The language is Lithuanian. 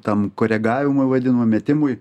tam koregavimui vadinamam metimui